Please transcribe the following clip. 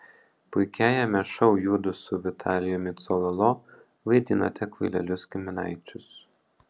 puikiajame šou judu su vitalijumi cololo vaidinate kvailelius giminaičius